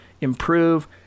improve